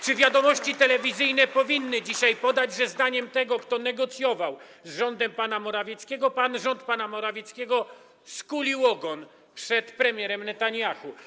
Czy „Wiadomości” telewizyjne powinny dzisiaj podać, że zdaniem tego, kto negocjował z rządem pana Morawieckiego, rząd pana Morawieckiego skulił ogon przed premierem Netanjahu?